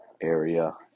area